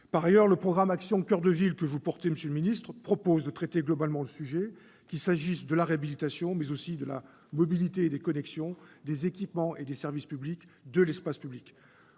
Par ailleurs, le programme « Action coeur de ville » que vous portez, monsieur le ministre, vise à traiter globalement le sujet, qu'il s'agisse de la réhabilitation, mais aussi de la mobilité et des connexions, des équipements et des services publics, de l'espace public.